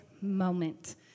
moment